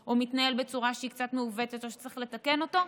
או מתנהל בצורה שהיא קצת מעוותת או שצריך לתקן אותו,